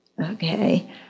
Okay